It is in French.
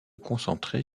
concentrer